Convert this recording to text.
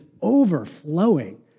overflowing